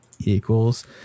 equals